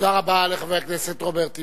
תודה רבה לחבר הכנסת רוברט טיבייב.